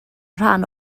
rhan